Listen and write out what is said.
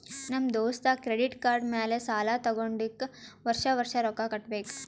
ನಮ್ ದೋಸ್ತ credit card ಮ್ಯಾಲ ಸಾಲಾ ತಗೊಂಡಿದುಕ್ ವರ್ಷ ವರ್ಷ ರೊಕ್ಕಾ ಕಟ್ಟಬೇಕ್